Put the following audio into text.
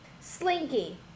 Slinky